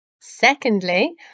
Secondly